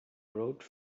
rode